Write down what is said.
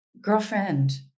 Girlfriend